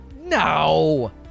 No